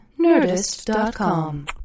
Nerdist.com